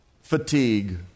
Fatigue